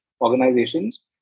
organizations